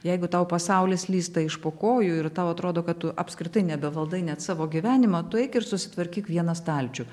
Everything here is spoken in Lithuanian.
jeigu tau pasaulis slysta iš po kojų ir tau atrodo kad tu apskritai nebe valdai net savo gyvenimo tu eik ir susitvarkyk vieną stalčių